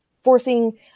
forcing